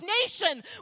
nation